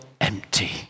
empty